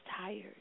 tired